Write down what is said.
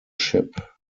ship